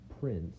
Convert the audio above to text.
prince